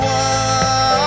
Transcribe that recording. one